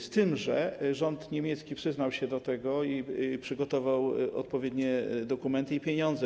Z tym że rząd niemiecki przyznał się do tego i przygotował odpowiednie dokumenty i pieniądze.